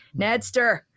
Nedster